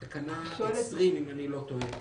תקנה 20 אם אני לא טועה.